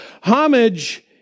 Homage